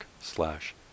slash